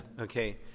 Okay